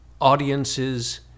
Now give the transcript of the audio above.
audiences